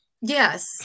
Yes